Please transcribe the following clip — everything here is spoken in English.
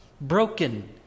broken